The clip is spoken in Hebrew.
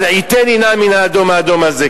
"הלעיטני נא מן האדם-האדם הזה",